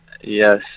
Yes